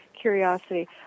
curiosity